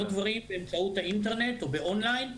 דברים באמצעות האינטרנט או באון-ליין.